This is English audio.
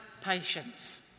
patience